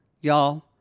Y'all